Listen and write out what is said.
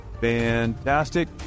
fantastic